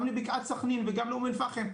גם לבקעת סכנין וגם לאום אל פאחם,